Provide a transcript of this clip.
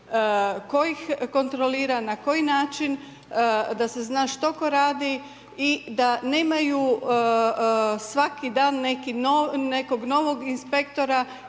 ko ih kontrolira, na koji način, da se zna što ko radi i da nemaju svaki dan nekog novog inspektora